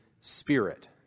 Spirit